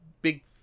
big